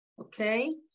okay